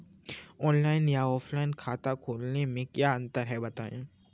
Online या offline खाता खोलने में क्या अंतर है बताएँ?